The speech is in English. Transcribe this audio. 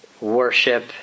worship